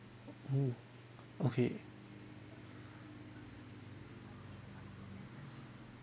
oh okay